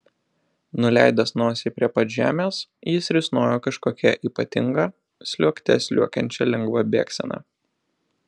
nuleidęs nosį prie pat žemės jis risnojo kažkokia ypatinga sliuogte sliuogiančia lengva bėgsena